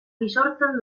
bisortzen